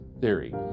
theory